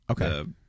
okay